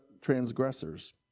transgressors